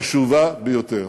חשובה ביותר,